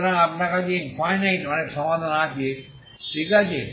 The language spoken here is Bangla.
সুতরাং আপনার কাছে ইনফাইনাইট অনেক সমাধান আছে ঠিক আছে